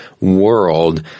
world